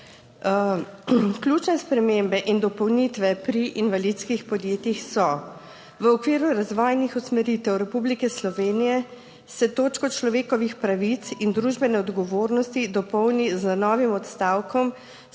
Ključne spremembe in dopolnitve pri invalidskih podjetjih so: v okviru razvojnih usmeritev Republike Slovenije se točko človekovih pravic in družbene odgovornosti dopolni z novim odstavkom,